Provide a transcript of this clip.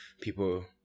people